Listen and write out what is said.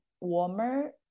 warmer